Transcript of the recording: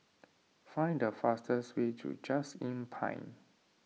find the fastest way to Just Inn Pine